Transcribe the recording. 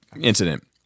incident